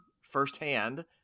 firsthand